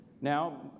Now